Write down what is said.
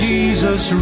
Jesus